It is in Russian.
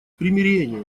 примирения